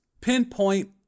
pinpoint